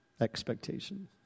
expectation